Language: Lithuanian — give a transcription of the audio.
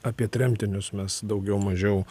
apie tremtinius mes daugiau mažiau